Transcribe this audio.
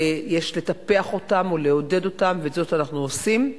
ויש לטפח אותם, לעודד אותם, ואת זאת אנחנו עושים.